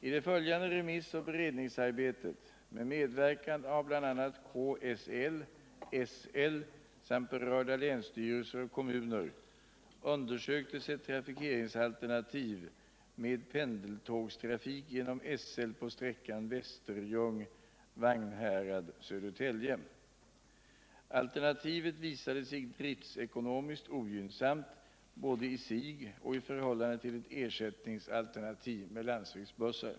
I det följande remissoch beredningsarbetet, med medverkan av bl.a. KSL, SL samt berörda länsstyrelser och kommuner, undersöktes ett trafikeringsalternativ med pendeltågstrafik genom SL på sträckan Västerljung-Vagnhärad-Södertälje. Alternativet visade sig driftekonomiskt ogynnsamt både i sig och i förhållande till ett ersättningsalternativ med landsvägsbussar.